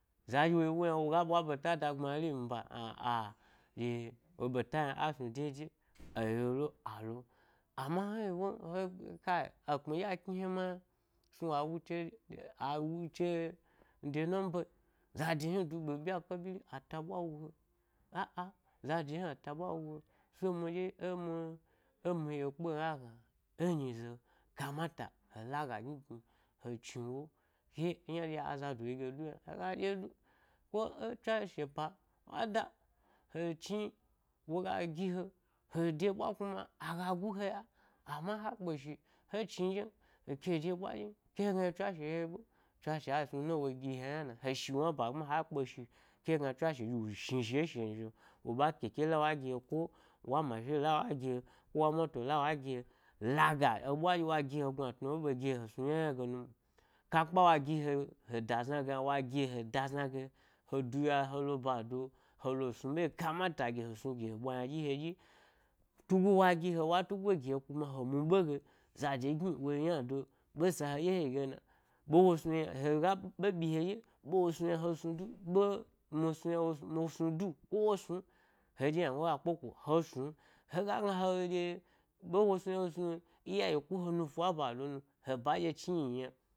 Za ɗye wo yi’ w yna ga ɓwa ɓeta da gbmari mba â â ɗye wo ɓeta hna a snu dede e yolo alo, ama he yi wo, kai ehm ɗye a kni he ma yna snu wa wuche, a, a wuche de nunbai za dehindu ɓe ɓya ke ɓjiri a ta ɓwa wa he, â â za da ata’ ɓwa wu he, so mi ɗye e mi e mi ye kpo’o he ga gna e nyize, kamata he la ga gni gni he dini ‘ wo ke yna ɗye aza do yi ge du yna hega dye du. Koe tswashe pa, wada-he chni woga gihe, he de’ ɓwa kuma aga gu he baya amma ha kpe shi, he chni ɗyen he ke de ba ɓwa dyen ke hegna ɗye tswashe ye ha ɓe, tswashe a snu na wo gi he yna na, he shi wna ba gbma, ha kpe shi ke hegna tswashe wo shni zhi e shan zhi’o wo ɓa ke ke la wa gi he wa mashi la wa gi ha ko, wa moto lawna wa gi he, la-ga eɓwa eɗye wa gi he gnutnu yna wo ɓe gihe, he snu yna yna genu mwo, ka kpa wa gi he, he da’ zna ge yna wa gi he, he da zna ge he duya he lo ba do hele snu ɓe ɗye kamato ge he snu gi he bwa ynaɗyi he dyi tugo wa gi he, wa tugo gi he kuma he mu ɓe ge zado gni, wo ye yna da yi ɓe sa heɗye he yi gema, ɓe yes nu yna hega be ɓyi he dya ɓewo snu yna he snu du, be, mi snu yna mi, snu du hew o snun, he ɗye ynagoi ga kpeko he snun, hega ke ɗye ɓe wo snu yna he snu yna iya wo ina kohe nu fa eba do, nu he ba eɗye chi yi yi yna.